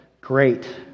great